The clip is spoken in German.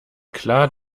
klar